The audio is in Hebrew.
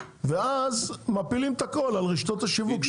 ואז מפילים את הכול על רשתות השיווק,